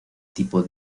tipo